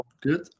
good